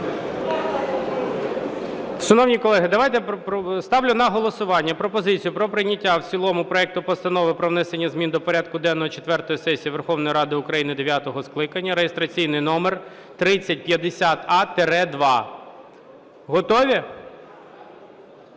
Шановні колеги, ставлю на голосування пропозицію про прийняття в цілому проекту Постанову про внесення змін до порядку денного четвертої сесії Верховної Ради України дев'ятого скликання (реєстраційний номер 3050а-2). Готові?